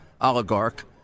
oligarch